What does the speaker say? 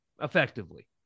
effectively